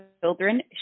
children